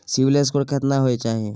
CIBIL score केतना होय चाही?